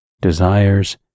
desires